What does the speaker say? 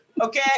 Okay